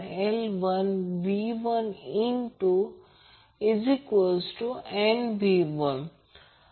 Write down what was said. आपल्याला माहित आहे की I 2 R ही सर्किटला दिलेली पॉवर आहे